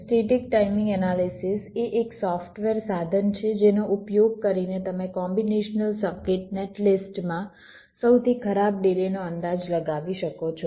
static timing analysis એ એક software સાધન છે જેનો ઉપયોગ કરીને તમે કોમ્બીનેશનલ સર્કિટ નેટલિસ્ટ માં સૌથી ખરાબ ડિલે નો અંદાજ લગાવી શકો છો